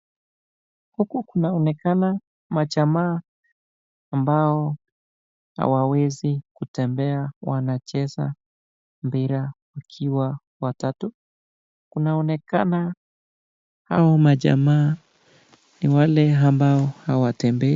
Hapa kunaonekana majamaa ambao hawawezi kutembea wanacheza mpira wakiwa watatu. Inaonekana hao majamaa ni wale ambao hawatembei.